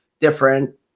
different